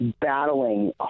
battling